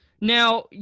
now